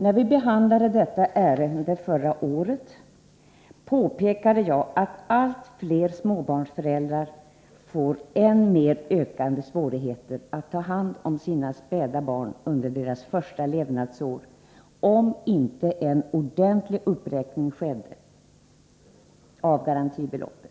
När vi behandlade detta ärende förra året, påpekade jag att allt fler småbarnsföräldrar får än mer ökade svårigheter att ta hand om sina späda barn under deras första levnadsår, om det inte sker en ordentlig uppräkning av garantibeloppet.